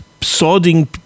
sodding